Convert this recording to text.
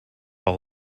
all